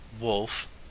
WOLF